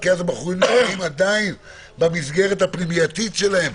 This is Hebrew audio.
כי הבחורים עדיין במסגרת הפנימייתית שלהם,